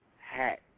hat